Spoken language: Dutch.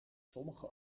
sommige